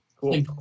Cool